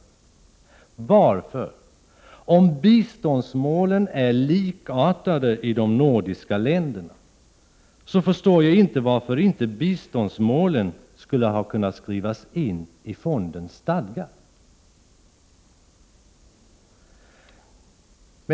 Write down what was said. Varför? Om biståndsmålen är likartade i de nordiska länderna så förstår jag inte varför inte biståndsmålen kunnat skrivas in i fondens stadgar.